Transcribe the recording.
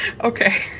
Okay